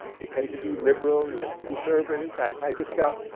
they tend to be liberal, less conservative, that type of stuff.